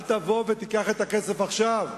אל תבוא ותיקח את הכסף עכשיו.